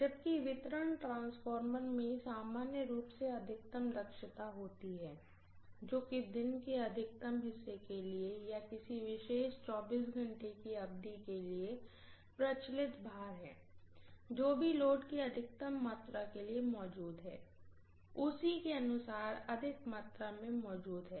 जबकि distribution transformer में सामान्य रूप से अधिकतम दक्षता होती है जो कि दिन के अधिकतम हिस्से के लिए या किसी विशेष 24 घंटे की अवधि के लिए प्रचलित भार है जो भी लोड की अधिकतम मात्रा के लिए मौजूद है उसी के अनुसार अधिक मात्रा में मौजूद है